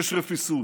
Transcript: יש רפיסות,